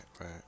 right